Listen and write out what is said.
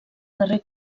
carrer